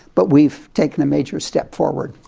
but we've taken a major step forward.